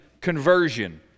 conversion